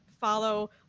follow